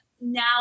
now